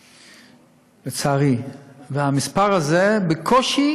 לצערי, והמספר הזה בקושי